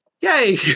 yay